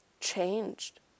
changed